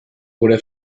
gure